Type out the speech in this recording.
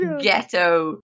ghetto